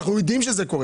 אנחנו יודעים שזה קורה.